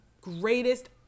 greatest